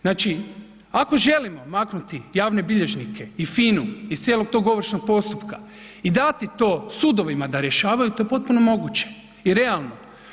Znači ako želimo maknuti javne bilježnike i FINA-u iz cijelog tog ovršnog postupka i dati to sudovima da rješavaju to je potpuno moguće i realno.